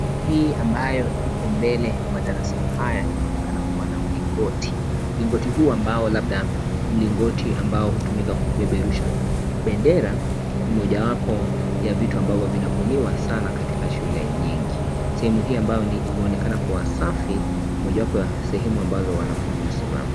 Hii ambayo ipo mbele ya madarasa haya inaonekana kuwa na mlingoti. Mlingoti huu ambao labda mlingoti ambao hutumika kupeperusha bendera ni mojawapo ya vitu ambavyo vinavuniwa sana katika shule nyingi. Sehemu hii ambao inoonekana kuwa safi, ni mojawapo sehemu ambapo wanafunzi husimama.